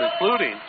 including